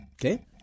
Okay